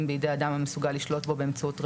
בידי אדם המשולט לשלוט בו באמצעות רצועה,